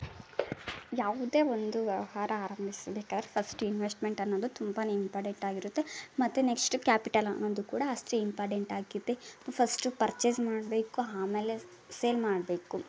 ಯಾವುದೇ ಒಂದು ಆಹಾರ ಆರಂಭಿಸ್ಬೇಕಾರೆ ಫಸ್ಟ್ ಇನ್ವೆಶ್ಟ್ಮೆಂಟ್ ಅನ್ನೋದು ತುಂಬಾ ಇಂಪಾರ್ಟೆಂಟ್ ಆಗಿರುತ್ತೆ ಮತ್ತೆ ನೆಕ್ಷ್ಟ್ ಕ್ಯಾಪಿಟಲ್ ಅನ್ನೋದು ಕೂಡ ಅಷ್ಟೇ ಇಂಪಾರ್ಟೆಂಟ್ ಆಗಿದೆ ಫಸ್ಟು ಪರ್ಚೇಸ್ ಮಾಡಬೇಕು ಆಮೇಲೆ ಸೇಲ್ ಮಾಡಬೇಕು